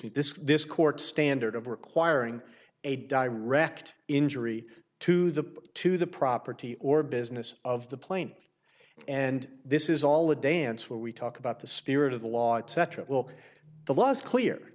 me this this court standard of requiring a direct injury to the to the property or business of the plane and this is all a dance where we talk about the spirit of the law etc will the laws clear